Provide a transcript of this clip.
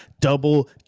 double